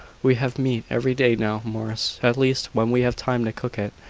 we have meat every day now, morris at least when we have time to cook it.